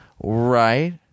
Right